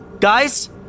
guys